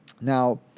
Now